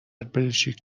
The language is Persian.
بلژیک